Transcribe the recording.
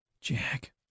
jack